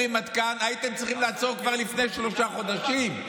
הייתם צריכים לעצור כבר לפני שלושה חודשים.